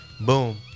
Boom